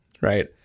right